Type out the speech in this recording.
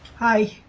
i